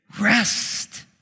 Rest